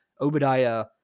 Obadiah